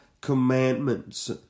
commandments